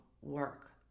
work